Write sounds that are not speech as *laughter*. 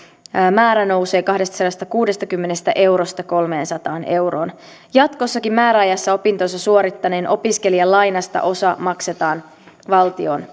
määrä nousee kahdestasadastakuudestakymmenestä eurosta kolmeensataan euroon jatkossakin määräajassa opintonsa suorittaneen opiskelijan lainasta osa maksetaan valtion *unintelligible*